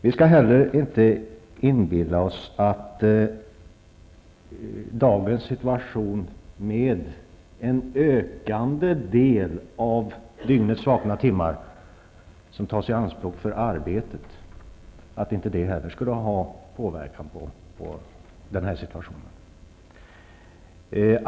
I dagens samhälle tas dock en ökande del av dygnets vakna timmar i anspråk för arbetet, och vi skall inte inbilla oss att detta inte skulle påverka situationen.